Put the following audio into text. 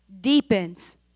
deepens